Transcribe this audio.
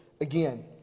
again